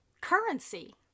currency